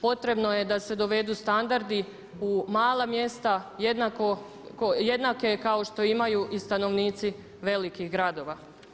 Potrebno je da se dovedu standardi u mala mjesta jednako kao što imaju i stanovnici velikih gradova.